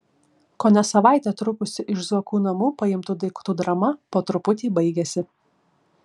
kone savaitę trukusi iš zuokų namų paimtų daiktų drama po truputį baigiasi